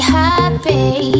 happy